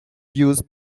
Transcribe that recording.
use